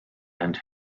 and